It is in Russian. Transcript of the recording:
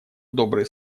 добрые